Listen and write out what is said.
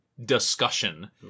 discussion